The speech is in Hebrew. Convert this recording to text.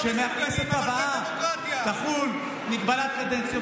שמהכנסת הבאה תחול מגבלת קדנציות,